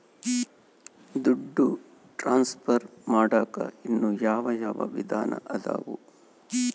ದುಡ್ಡು ಟ್ರಾನ್ಸ್ಫರ್ ಮಾಡಾಕ ಇನ್ನೂ ಯಾವ ಯಾವ ವಿಧಾನ ಅದವು?